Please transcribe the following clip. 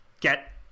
get